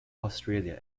australia